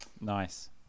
Nice